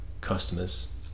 customers